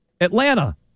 Atlanta